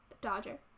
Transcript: Dodger